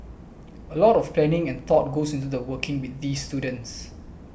a lot of planning and thought goes into working with these students